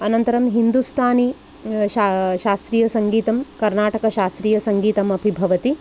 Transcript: अनन्तरं हिन्दुस्थानी श शास्त्रीयसङ्गीतं कर्नाटकशास्त्रीयसङ्गीतम् अपि भवति